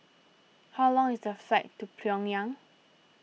how long is the flight to Pyongyang